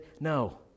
no